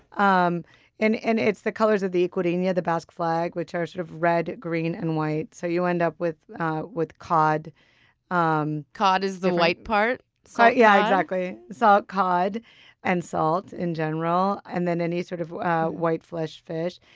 um and and it's the colors of the ikurrina, the the basque flag, which are sort of red, green and white. so you end up with with cod um cod is the white part? so yeah exactly. salt cod and salt in general, and then any sort of white flesh fish.